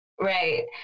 Right